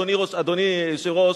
אדוני היושב-ראש,